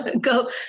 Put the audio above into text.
Go